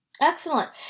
Excellent